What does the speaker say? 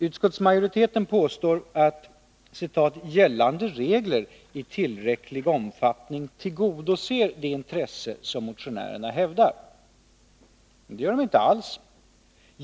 Utskottsmajoriteten påstår att ”gällande regler i tillräcklig omfattning tillgodoser det intresse som motionärerna hävdar”. Det gör de inte alls.